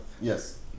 Yes